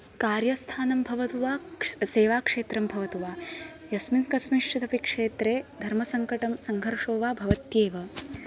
कार्यस्थानं भवतु वा सेवाक्षेत्रं भवतु वा यस्मिन् कस्मिन्श्चिदपि क्षेत्रे धर्मसङ्कटं सङ्घर्षो वा भवत्येव